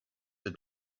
they